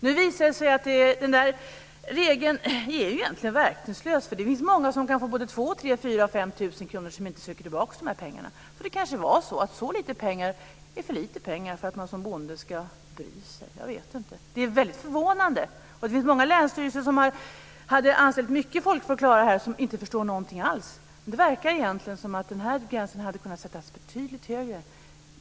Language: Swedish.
Nu visar det sig att regeln egentligen är verkningslös. Det finns många som kan få både 2 000, 3 000, 4 000 och 5 000 kr och som inte ansöker om att få tillbaka pengarna. Det är kanske för lite pengar för att man som bonde ska bry sig. Jag vet inte. Det är ju väldigt förvånande, och det finns många länsstyrelser som hade anställt mycket folk för att klara detta och som inte förstår någonting alls. Det verkar som om gränsen hade kunnat sättas betydligt högre.